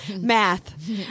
Math